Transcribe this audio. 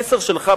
המסר שלך,